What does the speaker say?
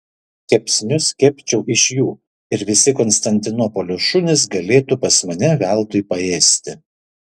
kepsnius kepčiau iš jų ir visi konstantinopolio šunys galėtų pas mane veltui paėsti